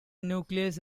nucleus